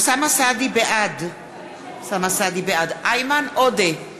בעד איימן עודה,